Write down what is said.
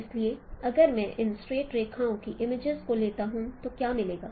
इसलिए अगर मैं इन स्ट्रेट रेखाओं की इमेजेस को लेता हूं तो क्या मिलेगा